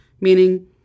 meaning